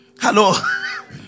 Hello